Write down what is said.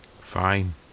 Fine